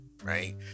Right